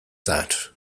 that